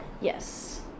yes